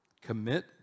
Commit